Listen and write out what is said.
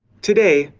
today,